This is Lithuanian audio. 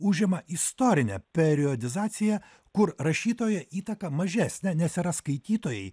užima istorinė periodizacija kur rašytojo įtaka mažesnė nes yra skaitytojai